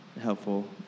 helpful